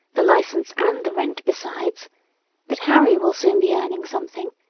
the license, and the rent besides but harry will soon be earning something,